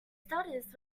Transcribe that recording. stutters